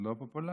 לא פופולרי?